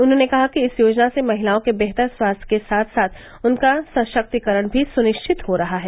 उन्होंने कहा कि इस योजना से महिलाओं के बेहतर स्वास्थ्य के साथ साथ उनका सशक्तिकरण भी सुनिश्चित हो रहा है